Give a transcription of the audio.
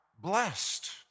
blessed